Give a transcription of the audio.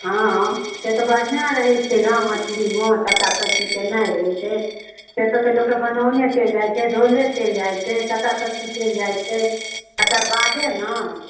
हँ से तऽ बढ़िआँ रहै छै ने मछलीमे सबटासब चीज केनाइ रहै छै से तऽ लोकके बनाउने चलि जाइ छै धोउने चलि जाइ छै सबटा सबचीज चलि जाइ छै तकर बादे ने